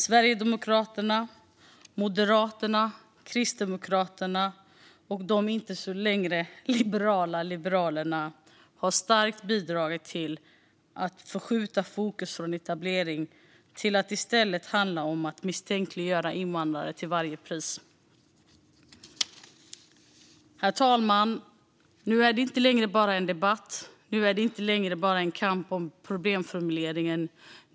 Sverigedemokraterna, Moderaterna, Kristdemokraterna och de inte längre så liberala Liberalerna har starkt bidragit till att förskjuta fokus från etablering till att det i stället handlar om att misstänkliggöra invandrare till varje pris. Herr talman! Nu är detta inte längre bara en debatt. Nu är det inte längre bara en kamp om problemformuleringen.